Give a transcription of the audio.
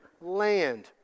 land